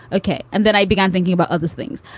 okay. and then i began thinking about other things.